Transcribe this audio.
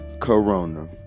corona